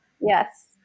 Yes